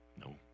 No